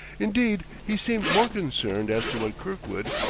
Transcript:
indeed he seemed more concerned as to what kirkwood,